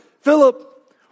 Philip